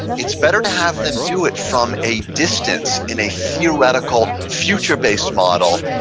it's better to have them do it from a distance, in a theoretical future-based model,